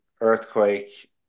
Earthquake